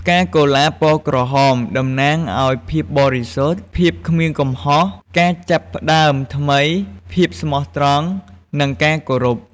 ផ្កាកុលាបពណ៌ក្រហមតំណាងឱ្យ ភាពបរិសុទ្ធ ភាពគ្មានកំហុស ការចាប់ផ្តើមថ្មី ភាពស្មោះត្រង់ និងការគោរព។